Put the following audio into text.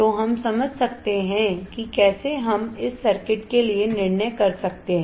तो हम समझ सकते हैं कि कैसे हम इस सर्किट के लिए निर्णय कर सकते हैं